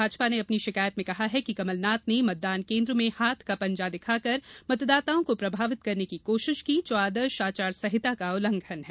भाजपा ने अपनी शिकायत में कहा है कि कमलनाथ ने मतदान केन्द्र में हाथ का पंजा दिखाकर मतदाताओं को प्रभावित करने की कोशिश की जो आदर्श आचार संहिता का उल्लंघन है